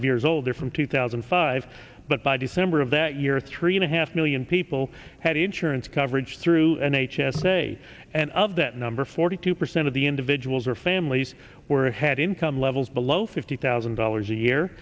of years older from two thousand and five but by december of that year three and a half million people had insurance coverage through an h s a and of that number forty two percent of the individuals or families where had income levels below fifty thousand dollars a year